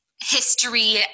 history